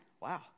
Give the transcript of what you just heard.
wow